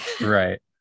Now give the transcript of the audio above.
right